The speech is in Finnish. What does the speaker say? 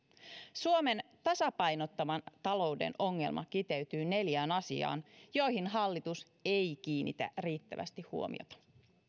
suomen tasapainottoman talouden ongelma kiteytyy neljään asiaan joihin hallitus ei kiinnitä riittävästi huomiota